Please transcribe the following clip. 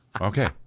Okay